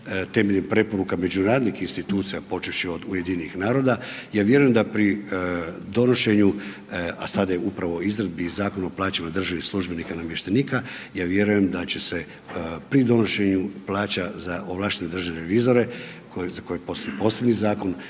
temeljem preporuka međunarodnih institucija počevši od UN-a, ja vjerujem da pri donošenju, a sada je upravo u izradi Zakon o plaćama državnih službenika i namještenika, ja vjerujem da će se pri donošenju plaća za ovlaštene državne revizora za koje postoji posebni zakon,